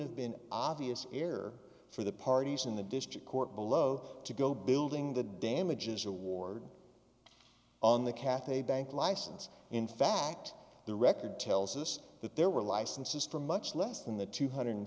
have been obvious error for the parties in the district court below to go building the damages award on the cathay bank license in fact the record tells us that there were licenses for much less than the two hundred